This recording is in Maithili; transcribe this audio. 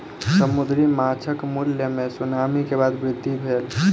समुद्री माँछक मूल्य मे सुनामी के बाद वृद्धि भेल